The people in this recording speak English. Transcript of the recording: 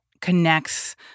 connects